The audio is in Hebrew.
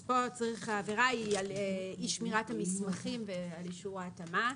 אז פה העבירה היא על אי שמירת המסמכים ועל אישור ההתאמה.